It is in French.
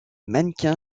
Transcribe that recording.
mannequin